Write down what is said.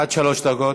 עד שלוש דקות.